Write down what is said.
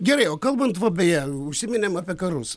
gerai o kalbant va beje užsiminėm apie karus